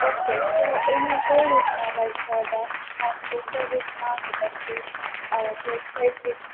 okay તો એનું કઈ રીતના લાઇક ડાયમંડમાં ચોકર રેસમાં કે પછી કોઈ સાઈટ્રેસમાં